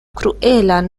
kruelan